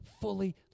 fully